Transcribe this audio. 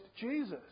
Jesus